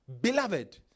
Beloved